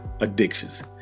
addictions